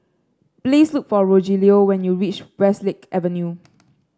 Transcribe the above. please look for Rogelio when you reach Westlake Avenue